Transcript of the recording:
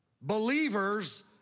believers